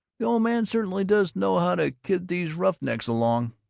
the old man certainly does know how to kid these roughnecks along!